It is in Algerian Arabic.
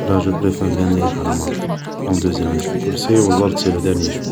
لا جو بريفار بيان نريح على ماطلة, اون دوزيام عندك الكرسي, و لرض سي لو دارنيي شوا